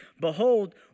behold